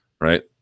right